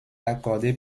accordée